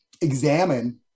examine